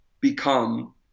become